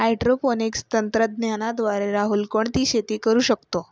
Hydroponics तंत्रज्ञानाद्वारे राहुल कोणती शेती करतो?